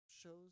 shows